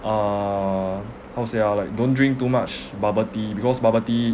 uh how to say ah like don't drink too much bubble tea because bubble tea